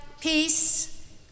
peace